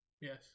Yes